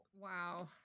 Wow